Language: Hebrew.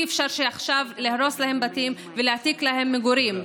אי-אפשר עכשיו להרוס להם בתים ולהעתיק להם מגורים.